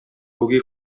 үги